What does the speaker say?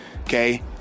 Okay